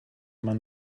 man